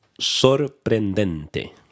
sorprendente